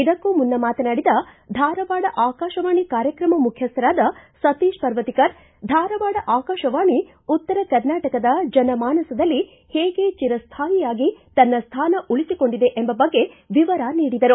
ಇದಕ್ಕೂ ಮುನ್ನ ಮಾತನಾಡಿದ ಧಾರವಾಡ ಆಕಾಶವಾಣಿ ಕಾರ್ಯಕ್ರಮ ಮುಖ್ಯಸ್ಥರಾದ ಸತೀತ್ ಪರ್ವತೀಕರ್ ಧಾರವಾಡ ಆಕಾಶವಾಣಿ ಉತ್ತರ ಕರ್ನಾಟಕದ ಜನಮಾನಸದಲ್ಲಿ ಹೇಗೆ ಚಿರಸ್ಥಾಯಿಯಾಗಿ ತನ್ನ ಸ್ಥಾನ ಉಳಿಸಿಕೊಂಡಿದೆ ಎಂಬ ಬಗ್ಗೆ ವಿವರ ನೀಡಿದರು